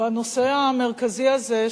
בנושא המרכזי הזה,